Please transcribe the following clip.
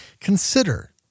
Consider